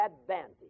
advantage